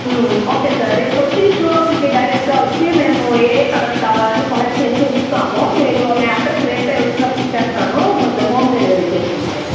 okay sir రేపొచ్చి షోరూమ్కి డైరెక్ట్గా వచ్చి మేము ఏ కలర్ కావాలని సెలెక్ట్ చేసి ఉంచుతాము మీరు నా అడ్రస్ రేపే వచ్చినప్పుడు ఇచ్చేస్తాను కొంచెం హోమ్ డెలివరీ చేసేయండి సార్